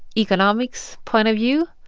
economics point of view,